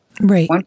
Right